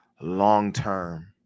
Long-term